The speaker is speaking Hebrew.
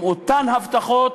עם אותן הבטחות,